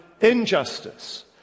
injustice